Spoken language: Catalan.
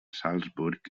salzburg